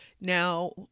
Now